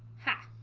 ha